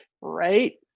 Right